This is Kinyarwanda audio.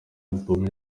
album